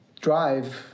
drive